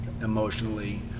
emotionally